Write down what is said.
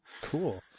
cool